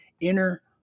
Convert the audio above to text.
Inner